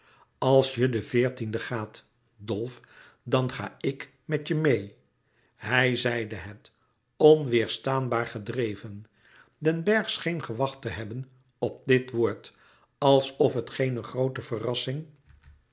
als je den veertiende gaat dolf dan ga ik met je meê hij zeide het onweêrstaanbaar gedreven den bergh scheen gewacht te hebben op dit woord alsof het geene groote verrassing